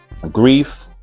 grief